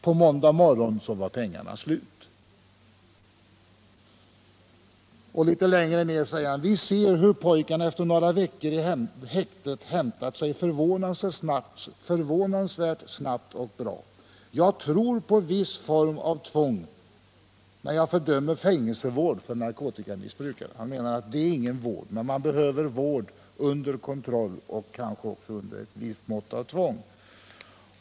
På måndag morgon var pengarna slut.” Litet längre ned fortsätter artikeln: ”Vi ser hur pojkarna efter några veckor i häktet hämtar sig förvånansvärt snabbt och bra. Jag tror på viss form av tvång, men fördömer fängelsevård för narkotikamissbrukare”, säger den ene inspektören. Han menar att det är ingen vård, men man kan behöva vård under kontroll och kanske också under ett visst mått av tvång.